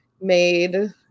made